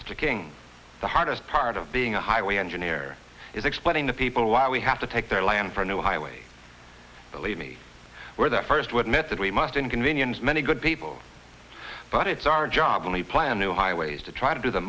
taking the hardest part of being a highway engineer is explaining to people why we have to take their land for a new highway believe me where the first what method we must inconvenience many good people but it's our job only plan new highways to try to do the